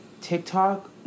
TikTok